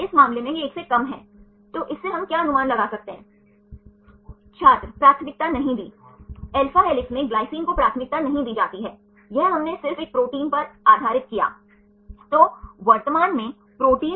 तो इस मामले में यह स्थिरता बनाए रख सकता है और इसलिए अल्फा हेलिसेस आमतौर पर प्रोटीन संरचनाओं में होते हैं